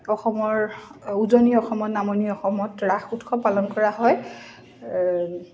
অসমৰ উজনি অসমত নামনি অসমত ৰাস উৎসৱ পালন কৰা হয়